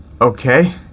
okay